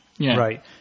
right